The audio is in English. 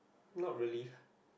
not really